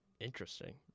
Interesting